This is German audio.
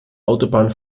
autobahn